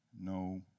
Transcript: no